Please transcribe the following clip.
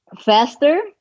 faster